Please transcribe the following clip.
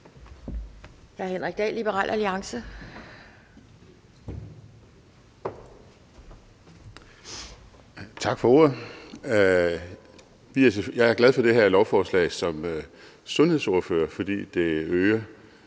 Jeg er glad for det her lovforslag som sundhedsordfører, fordi det øger